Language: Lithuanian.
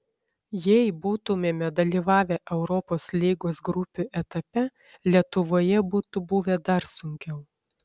jei būtumėme dalyvavę europos lygos grupių etape lietuvoje būtų buvę dar sunkiau